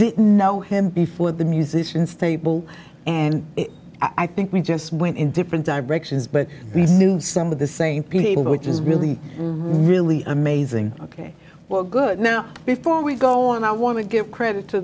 table know him before the musicians table and i think we just went in different directions but we knew some of the same people which is really really amazing ok well good now before we go on i want to give credit to